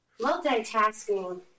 Multitasking